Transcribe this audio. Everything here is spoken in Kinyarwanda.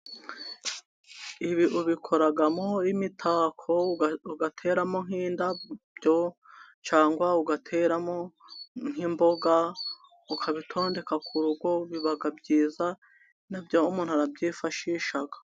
Ibi ubikoramo imitako ugateramo nk'indabo, cyangwa ugateramo nk'imboga, ukabitondeka ku rugo biba byiza na byo umuntu arabyifashisha.